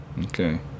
Okay